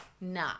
nah